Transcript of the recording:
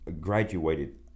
graduated